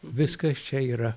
viskas čia yra